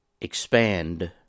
Expand